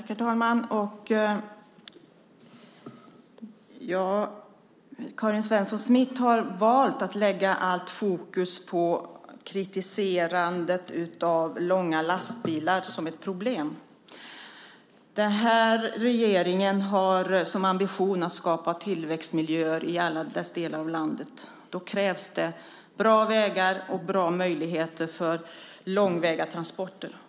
Herr talman! Karin Svensson Smith har valt att lägga allt fokus på att kritisera långa lastbilar. Den här regeringen har som ambition att skapa tillväxtmiljöer i alla delar av landet, och då krävs bra vägar och bra möjligheter för långväga transporter.